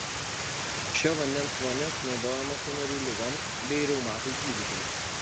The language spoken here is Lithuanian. šio vandens vonias naudojamos sąnarių ligoms bei reumatui gydyti